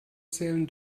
zählen